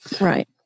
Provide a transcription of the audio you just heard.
Right